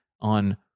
on